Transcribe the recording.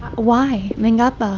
why? my ah but